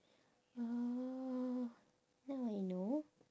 ya now I know